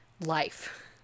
life